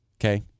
okay